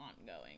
ongoing